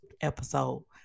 episode